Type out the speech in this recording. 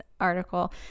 article